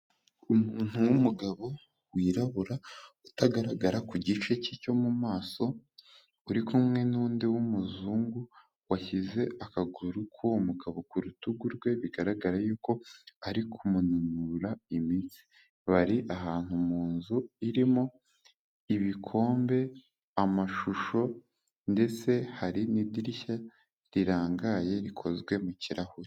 Umuntu w'umugabo wirabura utagaragara ku gice cye cyo mu maso, uri kumwe n'undi w'umuzungu, washyize akaguru k'uwo mugabo ku rutugu rwe, bigaragara yuko ari kumuvura imitsi, bari ahantu mu nzu irimo ibikombe, amashusho ndetse hari n'idirishya rirangaye rikozwe mu kirahure.